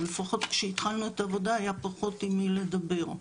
או לפחות כשהתחלנו את העבודה היה פחות עם מי לדבר.